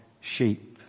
sheep